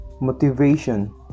Motivation